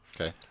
okay